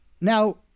Now